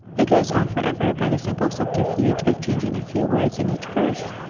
it goes on for ever by the simple subterfuge of changing a few words in each verse.